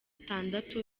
itandatu